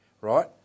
right